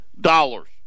dollars